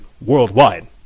worldwide